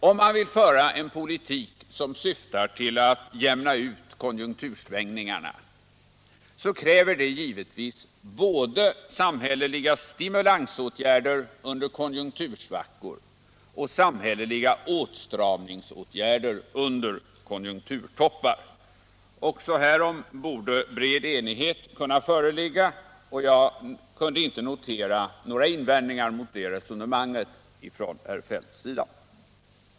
Om man vill föra en politik som syftar till att jämna ut konjunktursvängningarna, kräver det givetvis både samhälleliga stimulansåtgärder under konjunktursvackor och samhälleliga åtstramningsåtgärder under konjunkturtoppar. Också härom torde bred enighet föreligga, och jag kunde inte notera några invändningar mot resonemanget från herr Feldts sida.